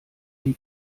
die